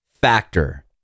Factor